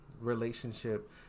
relationship